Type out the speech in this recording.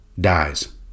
Dies